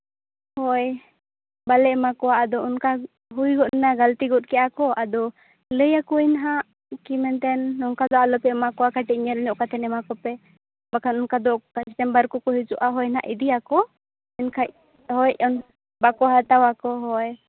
ᱦᱳᱭ ᱵᱟᱞᱮ ᱮᱢᱟ ᱠᱚᱣᱟ ᱟᱫᱚ ᱚᱱᱠᱟ ᱦᱩᱭ ᱜᱚᱫᱽᱱᱟ ᱜᱟᱞᱛᱤ ᱠᱚᱜ ᱠᱮᱫᱟ ᱠᱚ ᱟᱫᱚ ᱞᱟᱹᱭ ᱠᱚᱣᱟᱧ ᱱᱟᱦᱟᱸᱜ ᱫᱮᱠᱷᱤᱱ ᱢᱮᱱᱛᱮ ᱱᱚᱝᱠᱟ ᱫᱚ ᱟᱞᱚ ᱯᱮ ᱮᱢᱟ ᱠᱚᱣᱟ ᱠᱟᱹᱴᱤᱡ ᱧᱮᱞ ᱧᱚᱜ ᱠᱟᱛᱮ ᱮᱢᱟ ᱠᱚᱯᱮ ᱵᱟᱠᱷᱟᱱ ᱚᱱᱠᱟ ᱪᱮᱢᱵᱟᱨ ᱠᱚᱠᱚ ᱦᱤᱡᱩᱜᱼᱟ ᱦᱚᱭ ᱦᱟᱸᱜ ᱤᱫᱤᱭᱟᱠᱚ ᱢᱮᱱᱠᱷᱟᱡ ᱦᱳᱭ ᱵᱟᱠᱚ ᱦᱟᱛᱟᱣ ᱟᱠᱚ ᱦᱳᱭ